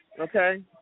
Okay